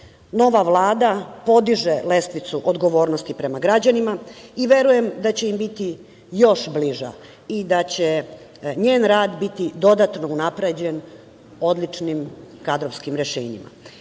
Nova Vlada podiže lestvicu odgovornosti prema građanima i verujem da će im biti još bliža i da će njen rad biti dodatno unapređen odličnim kadrovskim rešenjima. Izborom